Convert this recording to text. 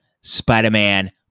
Spider-Man